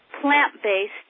plant-based